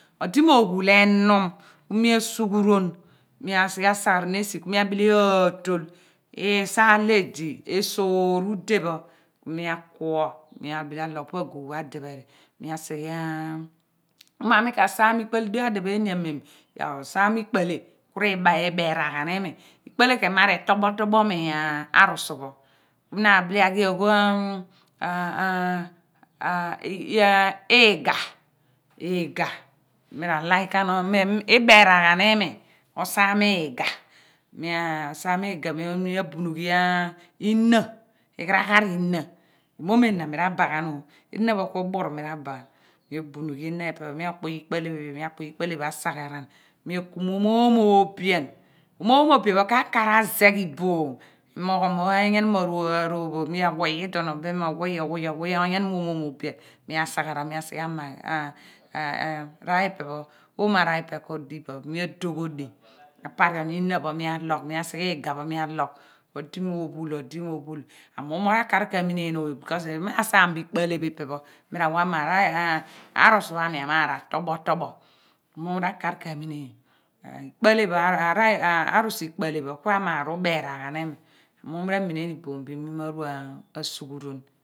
Odi mo phul enuu mi asughu ron mi asighe asagharan esi ku mi abile aatool isaar ledi esoor ude pho ku mi akuo alogh pa aghuugh pho mi ade heri mi sighe mu mo mi ka saam ikpo ale dia-adiphe eeni amem osaam ikpo ennle ku ri beraan ghan imi ikpo ale ke maar etobhotobho mi arusu pho na abile aghi agho iiga iiga mi like ghan iberaan ghan imi osaam iiga mi asam iiga mia abuni ghia inan iigha ragh inah emoom enah mira ba ghan enah pho ku ubuur mi ra ba ghan mi abuni ghi inah ipe pho mi akpury ikpoale iphen pho mi asagharam mi kum omoom oobian omoom oobian pho ka kaar azegh iboom moghom enyenum aroopho bin mi anwiiy iduon obem mo onwiiy onwiiy onwiiy onyenum omoom oobian mi esagharan mi asighe iaar ipe pho oonio araar ipe ko dighi pa pho mi adoghodi aparion inah phomi alogh mi asighe iiga pho mi alogh odi mo phul odi mo phul amum mo ra kaar ka mineen o b/kos iduon mi ra saam bo ikpo ale pho ipe pho mira wa ma arusu pha mi amaar otoshotobho mum ra arusu ikpo ale pho ku maar uberaam ghan imi mum ra mineen iboom bia mi ma ru asughuron